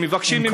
שמבקשים ממנו,